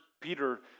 Peter